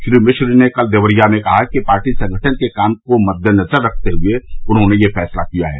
श्री मिश्र ने कल देवरिया मे कहा कि पार्टी संगठन के काम को मद्देनज़र रखते हुए उन्होंने यह फ़ैसला किया है